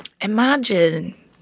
Imagine